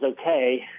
okay